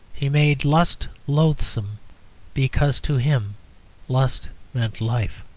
he made lust loathsome because to him lust meant life.